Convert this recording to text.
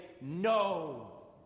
No